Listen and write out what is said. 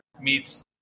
meets